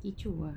kecoh ah